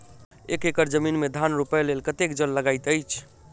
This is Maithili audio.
एक एकड़ जमीन मे धान रोपय लेल कतेक जल लागति अछि?